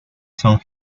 soo